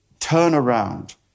turnaround